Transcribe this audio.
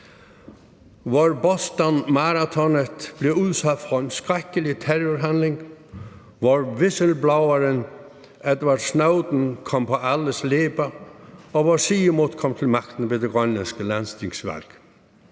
hvor Bostonmaratonet blev udsat for en skrækkelig terrorhandling, hvor whistlebloweren Edward Snowden kom på alles læber, og hvor Siumut kom til magten ved det grønlandske landstingsvalg.